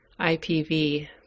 IPV